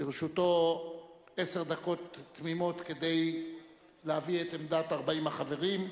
לרשותו עשר דקות תמימות כדי להביא את עמדת 40 החברים.